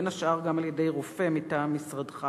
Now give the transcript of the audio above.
בין השאר גם על-ידי רופא מטעם משרדך